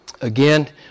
Again